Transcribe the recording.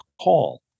call